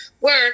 work